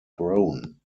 throne